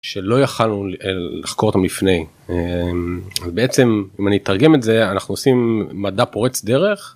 שלא יכולנו לחקור אותם לפני בעצם אם אני אתרגם את זה אנחנו עושים מדע פורץ דרך.